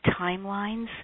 timelines